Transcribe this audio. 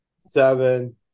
seven